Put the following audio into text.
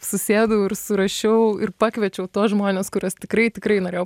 susėdau ir surašiau ir pakviečiau tuos žmones kuriuos tikrai tikrai norėjau